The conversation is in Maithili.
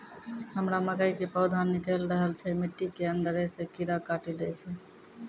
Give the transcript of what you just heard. हमरा मकई के पौधा निकैल रहल छै मिट्टी के अंदरे से कीड़ा काटी दै छै?